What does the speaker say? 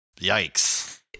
Yikes